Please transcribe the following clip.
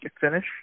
finish